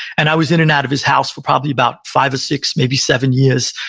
and i was in and out of his house for probably about five or six, maybe seven years,